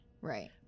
Right